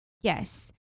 Yes